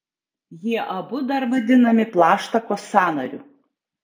jie abu dar vadinami plaštakos sąnariu